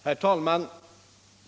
Herr talman!